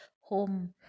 home